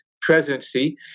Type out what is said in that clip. presidency